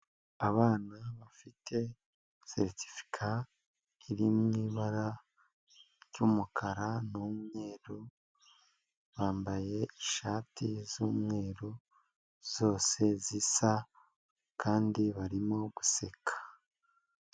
Abana bafite seritifica iri mu ibara ry'umukara n'mweru, bambaye ishati z'umweru, zose zisa kandi barimo guseka.